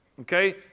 Okay